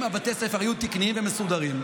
אם בתי הספר היו תקניים ומסודרים,